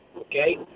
Okay